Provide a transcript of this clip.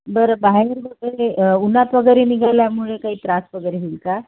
बरं बाहेर वगैरे उन्हात वगैरे निघाल्यामुळे काही त्रास वगैरे होईल का